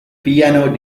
piano